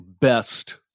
best